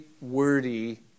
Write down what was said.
wordy